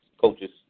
coaches